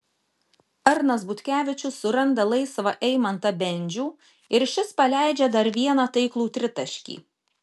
arnas butkevičius suranda laisvą eimantą bendžių ir šis paleidžia dar vieną taiklų tritaškį